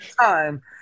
time